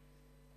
היום.